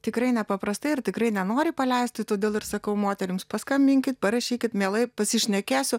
tikrai nepaprastai ir tikrai nenori paleisti todėl ir sakau moterims paskambinkit parašykit mielai pasišnekėsiu